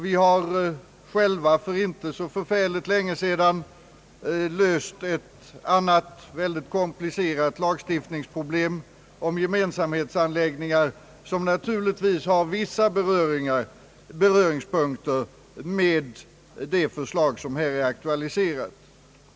Vi har själva för inte så länge sedan löst ett annat mycket komplicerat lagstiftningsproblem om gemensamhetsanläggningar, som naturligtvis har vissa beröringspunkter med det förslag som här är aktualiserat.